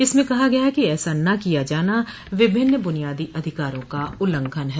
इसमें कहा गया है कि ऐसा ना किया जाना विभिन्न ब्रुनियादी अधिकारों का उल्लंघन है